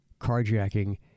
carjacking